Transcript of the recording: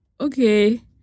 okay